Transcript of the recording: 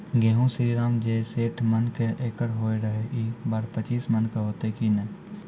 गेहूँ श्रीराम जे सैठ मन के एकरऽ होय रहे ई बार पचीस मन के होते कि नेय?